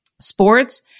sports